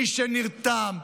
מי שנרתם,